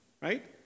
right